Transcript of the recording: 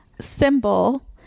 symbol